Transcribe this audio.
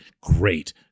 Great